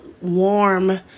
warm